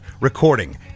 recording